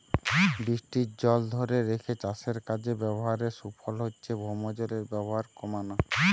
বৃষ্টির জল ধোরে রেখে চাষের কাজে ব্যাভারের সুফল হচ্ছে ভৌমজলের ব্যাভার কোমানা